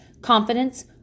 confidence